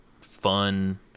fun